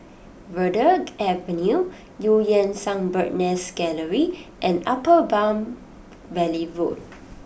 Verde Avenue Eu Yan Sang Bird's Nest Gallery and Upper Palm Valley Road